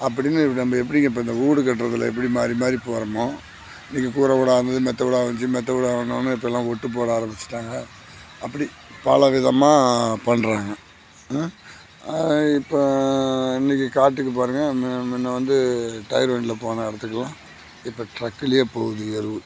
அப்படினு நம்ம எப்படி இப்போ இந்த வீடு கட்டுறதுல எப்படி மாரி மாரி போகறோமோ இன்னைக்கு கூரை வீடாக இருந்தது மெத்தை வீடாக வந்துச்சு மெத்தை வீடாக ஆனோனே இப்போல்லாம் ஒட்டு போட ஆரமிச்சி விட்டாங்க அப்படி பலவிதமாக பண்ணுறாங்க இப்போ இன்னக்கு காட்டுக்கு பாருங்கள் முன்னவந்து டயரு வண்டியில போன இடத்துக்கெல்லாம் இப்போ ட்ரக்குலையே போகுது எருவு